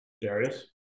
Darius